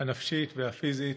שנפצעו נפשית ופיזית,